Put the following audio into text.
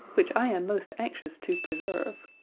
which i am most anxious to preserve.